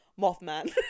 Mothman